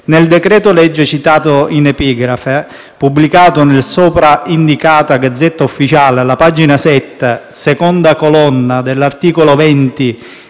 Nel decreto-legge citato in epigrafe, pubblicato nella sopra indicata *Gazzetta Ufficiale*, alla pag. 7, seconda colonna, all'articolo 20,